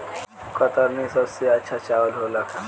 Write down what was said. कतरनी सबसे अच्छा चावल होला का?